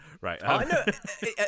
Right